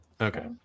Okay